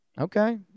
Okay